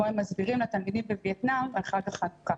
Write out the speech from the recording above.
בו הם מסבירים לתלמידים בויאטנם על חג החנוכה.